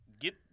get